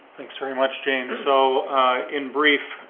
thanks very much, jane. so in brief,